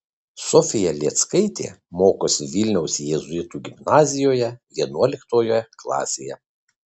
sofija lėckaitė mokosi vilniaus jėzuitų gimnazijoje vienuoliktoje klasėje